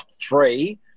Three